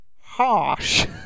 harsh